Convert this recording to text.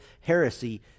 heresy